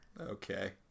Okay